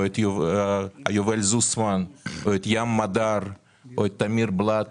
את יובל זוסמן ואת ים אדר או את טמיר בלאט